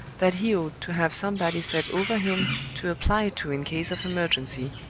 that he ought to have somebody set over him, to apply to in case of emergency.